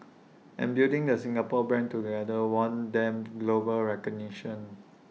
and building the Singapore brand together won them global recognition